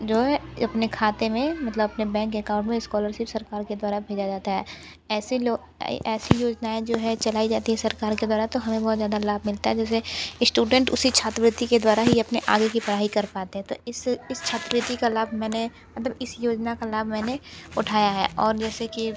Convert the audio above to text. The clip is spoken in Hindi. जो है अपने खाते में मतलब अपने बैंक एकाउंट में स्कॉलरशिप सरकार के द्वारा भेजा जाता है ऐसे लो ऐसी योजनाएं जो है चलाई जाती है सरकार के द्वारा तो हमें बहुत ज़्यादा लाभ मिलता है जैसे स्टूडेंट उसी छात्रवृत्ति के द्वारा ही अपने आगे की पढ़ाई कर पाते हैं तो इस छात्रवृत्ति का लाभ मैंने मतलब इस योजना का लाभ मैंने उठाया है और जैसे कि